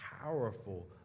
powerful